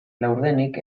laurdenik